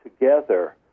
together